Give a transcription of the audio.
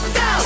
go